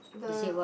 the